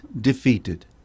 defeated